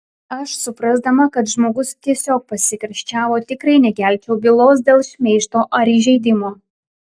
aš suprasdama kad žmogus tiesiog pasikarščiavo tikrai nekelčiau bylos dėl šmeižto ar įžeidimo